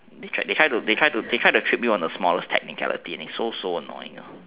they tried they tried to they tried to trick you on the smallest technicality they are so so annoying